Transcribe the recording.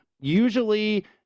usually